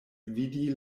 vidi